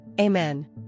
Amen